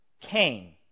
Cain